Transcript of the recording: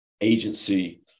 agency